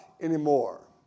anymore